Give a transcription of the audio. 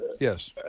Yes